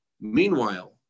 Meanwhile